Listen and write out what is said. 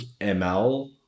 ML